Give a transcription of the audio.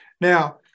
Now